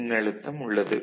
மின்னழுத்தம் உள்ளது